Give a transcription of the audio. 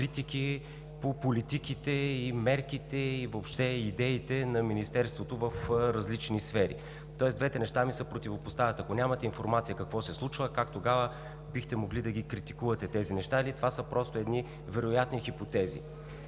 по политиките, мерките, въобще идеите на Министерството в различни сфери, тоест двете неща ми се противопоставят. Ако нямате информация какво се случва, как тогава бихте могли да ги критикувате тези неща, или това са просто едни вероятни хипотези?